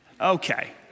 Okay